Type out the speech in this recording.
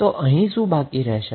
તો અહીં શું બાકી રહેશે